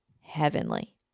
heavenly